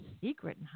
secret